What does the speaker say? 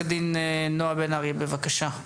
בבקשה.